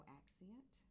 accent